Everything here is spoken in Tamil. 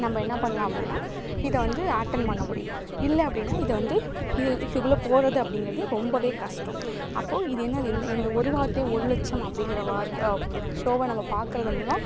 நம்ம என்ன பண்ணலாம் அப்படின்னா இதை வந்து அட்டண்ட் பண்ண முடியும் இல்லை அப்படின்னா இதை வந்து இது இதுக்குள்ளே போகிறது அப்படிங்கிறது ரொம்பவே கஷ்டம் அப்போது இது என்னது இந்த இந்த ஒரு வார்த்தை ஒரு லட்சம் அப்படிங்கிற வார் ஷோவை நம்ம பார்க்கறது மூலம்